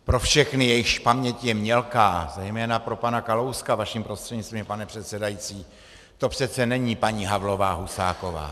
Pro všechny, jejichž paměť je mělká, zejména pro pana Kalouska vaším prostřednictvím, pane předsedající, to přece není paní Havlová Husáková.